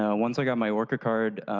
ah once i got my orca card,